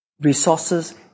resources